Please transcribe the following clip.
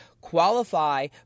qualify